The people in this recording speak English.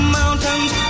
mountains